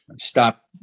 stop